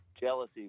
jealousy